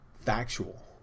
factual